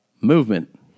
movement